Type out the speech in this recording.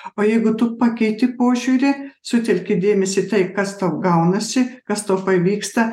o jeigu tu pakeiti požiūrį sutelki dėmesį į tai kas tau gaunasi kas tau pavyksta